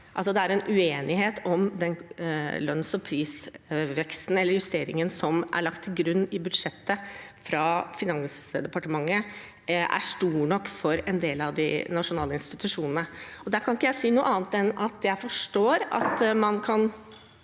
eller justeringen, som er lagt til grunn i budsjettet fra Finansdepartementet, er stor nok for en del av de nasjonale institusjonene. Her kan ikke jeg si noe annet enn at jeg forstår at man kan